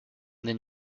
then